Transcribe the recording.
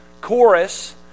chorus